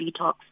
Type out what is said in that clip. detox